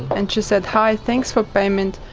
and she said, hi, thanks for payment,